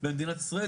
במדינת ישראל,